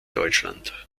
deutschland